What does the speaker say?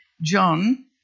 John